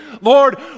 Lord